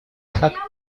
как